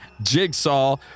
jigsaw